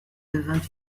devint